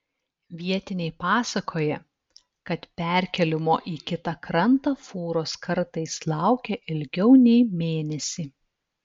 vietiniai pasakoja kad perkėlimo į kitą krantą fūros kartais laukia ilgiau nei mėnesį